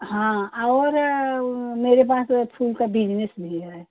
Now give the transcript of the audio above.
हाँ और मेरे पास फूल का बिजनेस भी है